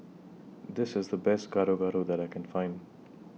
This IS The Best Gado Gado that I Can Find